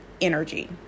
energy